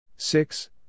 Six